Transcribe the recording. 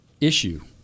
issue